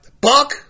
Buck